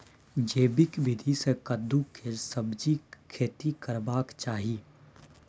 जैविक विधी से कद्दु के सब्जीक खेती करबाक चाही?